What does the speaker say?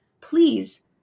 Please